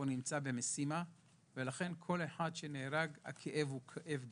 הוא נמצא במשימה ולכן כל אחד שנהרג הכאב הוא כאב גדול.